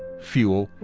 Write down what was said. fuel,